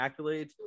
accolades